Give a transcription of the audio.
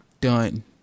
done